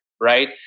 right